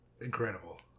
Incredible